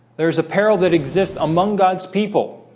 there's a peril that exists among god's people